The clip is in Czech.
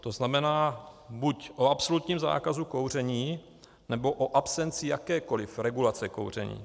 To znamená, buď o absolutním zákazu kouření, nebo o absenci jakékoli regulace kouření.